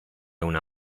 una